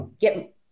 get